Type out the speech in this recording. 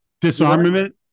disarmament